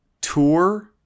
tour